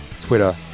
Twitter